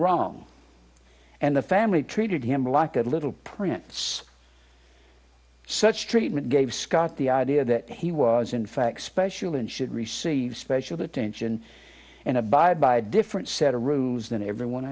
wrong and the family treated him like a little prince such treatment gave scott the idea that he was in fact special and should receive special attention and abide by a different set of rules than everyone